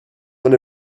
when